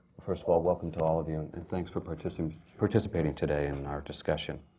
first of all, welcome to all of you, and thanks for participating participating today in our discussion.